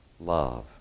love